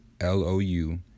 l-o-u